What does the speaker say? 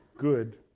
Good